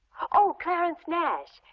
oh, clarence nash.